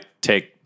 take